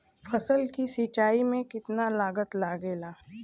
फसल की सिंचाई में कितना लागत लागेला?